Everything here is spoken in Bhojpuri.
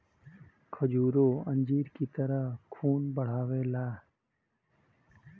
खजूरो अंजीर की तरह खून बढ़ावेला